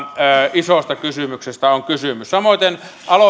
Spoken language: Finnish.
isosta kysymyksestä on kysymys samoiten